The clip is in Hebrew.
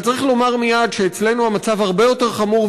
אבל צריך לומר מייד שאצלנו המצב הרבה יותר חמור